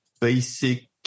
basic